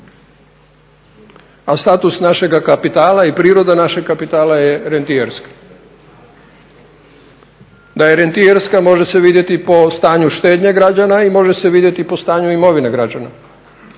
a status našega kapitala i priroda našeg kapitala je rentijerska. Da je rentijerska može se vidjeti po stanju štednje građana i može se vidjeti po stanju imovine građana.